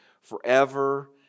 forever